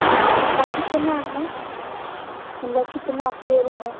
जी तो आपका कितना है मतलब कितना पेड़ है